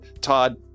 Todd